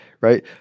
right